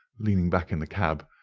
leaning back in the cab,